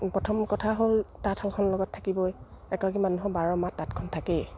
প্ৰথম কথা হ'ল তাঁতশালখন লগত থাকিবই একৰাকী মানুহৰ বাৰ মাহ তাঁতখন থাকেই